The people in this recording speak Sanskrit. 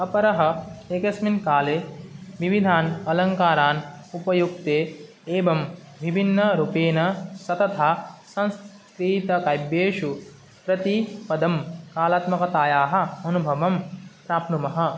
अपरः एकस्मिन् काले विविधान् अलङ्कारान् उपयुज्य एवं विभिन्नरूपेण शतदा संस्कृतकाव्येषु प्रतिपदं कलात्मकतायाः अनुभवं प्राप्नुमः